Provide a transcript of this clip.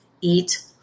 eat